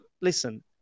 Listen